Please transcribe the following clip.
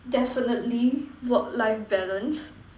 definitely work life balance